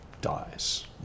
dies